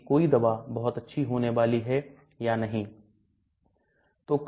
इसलिए यदि आप gastrointestinal tract के शरीर विज्ञान को देखते हैं तो यह एक सार्वजनिक डोमेन से लिया गया था